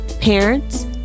parents